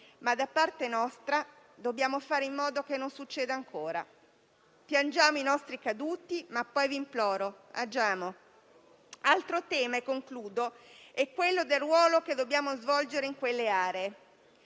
ma da parte nostra dobbiamo fare in modo che non succeda ancora. Piangiamo i nostri caduti, ma poi - vi imploro - agiamo. Altro tema - e concludo - è quello del ruolo che dobbiamo svolgere in quelle aree.